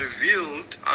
revealed